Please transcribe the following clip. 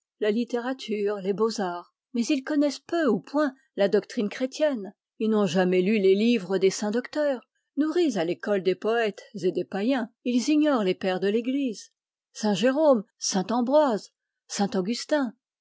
la littérature les beaux-arts mais ils connaissent peu ou point la doctrine chrétienne ils n'ont jamais lu les livres des saints docteurs nourris à l'école des poètes et des païens ils ignorent les pères de l'église